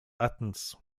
athens